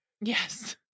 yes